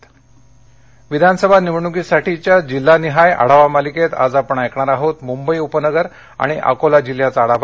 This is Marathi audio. विधानसभा जिल्हानिहाय आढावा निवडणूकीसाठीच्या जिल्हानिहाय आढावा मालिकेत आज आपण ऐकणार आहोत मुंबई उपनगर आणि अकोला जिल्ह्याचा आढावा